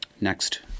Next